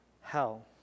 hell